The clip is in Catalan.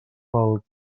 pel